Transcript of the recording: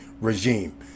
regime